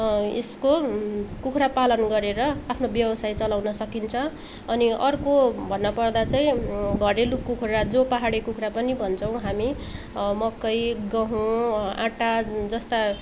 यसको कुखुरा पालन गरेर आफ्नो ब्यवसाय चलाउन सकिन्छ अनि अर्को भन्न पर्दा चाहिँ घरेलु कुखुरा जो पाहाडे कुखुरा पनि भन्छौँ हामी मकै गहुँ आँटा जस्ता